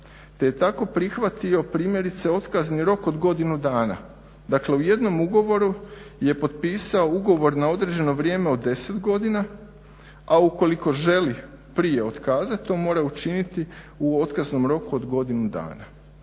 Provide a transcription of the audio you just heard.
te je tako prihvatio primjerice otkazni rok od godinu dana. Dakle u jednom ugovoru je potpisao ugovor na određeno vrijeme od deset godina, a ukoliko želi prije otkazati to mora učiniti u otkaznom roku od godinu dana.